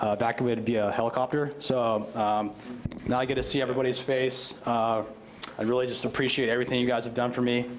ah evacuated via helicopter, so now i get to see everybody's face, and um i really just appreciate everything you guys have done for me,